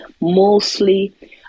mostly